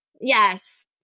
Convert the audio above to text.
Yes